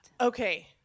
Okay